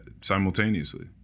simultaneously